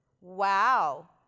Wow